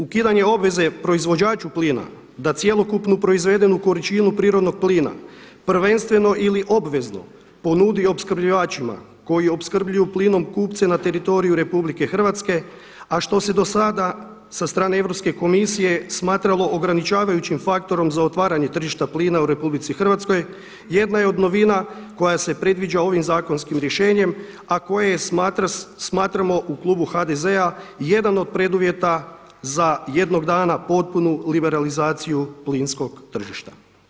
Ukidanje obveze proizvođaču plina da cjelokupnu proizvedenu količinu prirodnog plina prvenstveno ili obvezno ponudi opskrbljivačima koji opskrbljuju plinom kupce na teritoriju Republike Hrvatske, a što se do sada sa strane Europske komisije smatralo ograničavajućim faktorom za otvaranje tržišta plina u Republici Hrvatskoj jedna je od novina koja se predviđa ovim zakonskim rješenjem, a koje smatramo u klubu HDZ-a jedan od preduvjeta za jednog dana potpunu liberalizaciju plinskog tržišta.